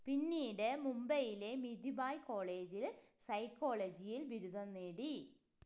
പിന്നീട് മുംബൈയിലെ മിഥിബായ് കോളേജിൽ സൈക്കോളജിയിൽ ബിരുദം നേടി